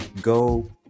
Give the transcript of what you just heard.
go